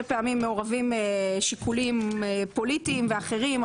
פעמים מעורבים שיקולים פוליטיים ואחרים,